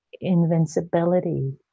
invincibility